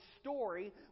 story